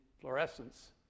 fluorescence